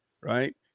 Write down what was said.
right